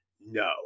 no